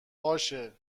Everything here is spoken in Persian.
باشه